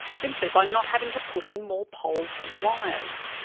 simply by not having to put in more poles and wires.